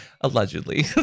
Allegedly